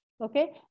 okay